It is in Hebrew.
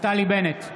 נפתלי בנט,